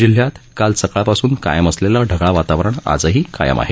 जिल्ह्यात काल सकाळपासून कायम असलेलं ढगाळ वातावरण आजही कायम आहे